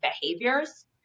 behaviors